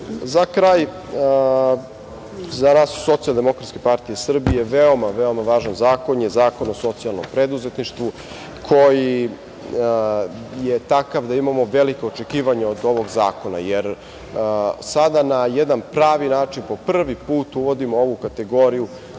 kraj, za nas iz SDPS veoma, veoma važan zakon je Zakon o socijalnom preduzetništvu, koji je takav da imamo velika očekivanja od ovog zakona, jer sada na jedan pravi način po prvi put uvodimo ovu kategoriju